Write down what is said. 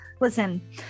Listen